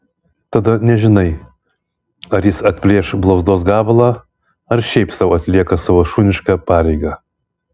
tada nežinai ar jis atplėš blauzdos gabalą ar šiaip sau atlieka savo šunišką pareigą